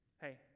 hey